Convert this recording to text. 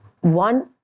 One